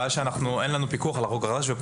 הבעיה היא שאין לנו פיקוח על החוק החדש וכאן